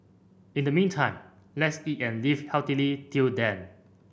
in the meantime let's eat and live healthily till then